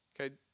Okay